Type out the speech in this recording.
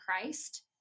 Christ